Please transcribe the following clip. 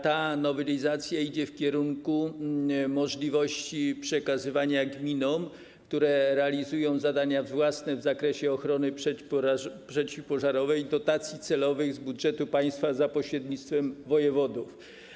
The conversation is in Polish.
Ta nowelizacja idzie w kierunku możliwości przekazywania gminom, które realizują zadania własne w zakresie ochrony przeciwpożarowej, dotacji celowych z budżetu państwa za pośrednictwem wojewodów.